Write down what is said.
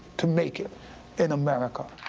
to make it in america.